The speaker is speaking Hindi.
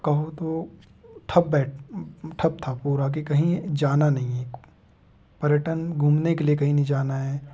कहो तो ठप बैठ ठप था पूरा कि कहीं जाना नहीं है पर्यटन घूमने के लिए कहीं नहीं जाना है